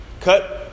cut